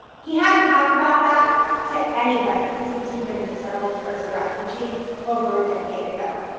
he hadn't talked about that to anybody since he'd been resettled here as a refugee over a decade ago.